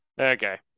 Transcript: Okay